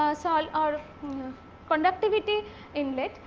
ah salt or conductivity inlet.